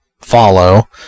follow